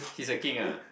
he's a king ah